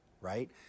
right